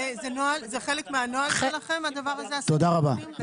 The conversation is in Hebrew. זה חלק מהנוהל שלכם הדבר הזה הסיכונים?